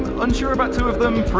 unsure about two of them.